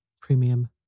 Premium